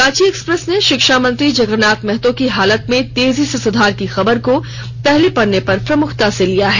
Ranchi express ने शिक्षा मंत्री जगरनाथ महतो की हालत में तेजी से सुधार की खबर को पहले पन्ने पर प्रमुखता से लिया है